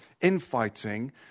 infighting